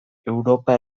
europa